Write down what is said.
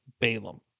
Balaam